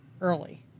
early